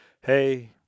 hey